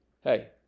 hey